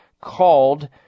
called